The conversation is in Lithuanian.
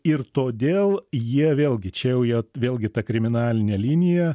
ir todėl jie vėlgi čia jau jie vėlgi ta kriminalinė linija